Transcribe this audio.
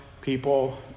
people